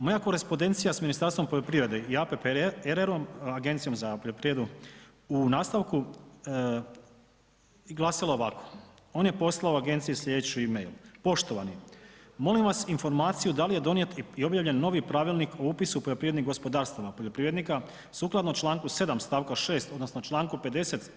Moja korespondencija s Ministarstvom poljoprivrede i APPRRR-om Agencijom za poljoprivredu u nastavku je glasila ovako, on je poslao agenciji slijedeći e-mail: „Poštovani, molim vas informaciju da li je donijet i objavljen novi Pravilnik o upisu poljoprivrednih gospodarstava poljoprivrednika sukladno čl. 7. st. 6. odnosno čl. 50.